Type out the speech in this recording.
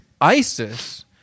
Isis